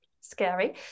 scary